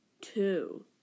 two